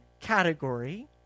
category